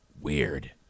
Weird